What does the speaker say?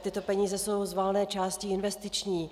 Tyto peníze jsou z valné části investiční.